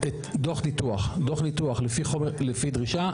דוח ניתוח לפי דרישה,